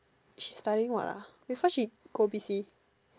she studying what ah before she go B_C